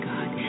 God